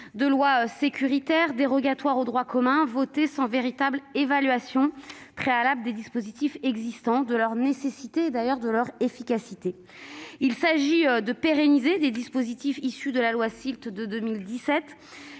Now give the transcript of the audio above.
lois sécuritaires dérogatoires au droit commun, votées sans véritable évaluation préalable des dispositifs existants, de leur nécessité ni d'ailleurs de leur efficacité. Il s'agit de pérenniser des dispositifs issus de la loi SILT de 2017,